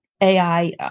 AI